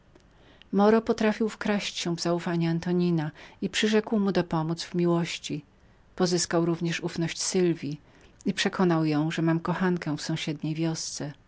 moro potrafił wkraść się w zaufanie antonina i przyrzekł mu dopomódz w miłości pozyskał również ufność u sylwji i przekokonałprzekonał ją że miałem kochankę w sąsiedniej wiosce